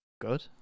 Good